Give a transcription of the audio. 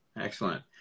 excellent